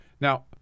now